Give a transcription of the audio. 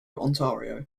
ontario